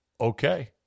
okay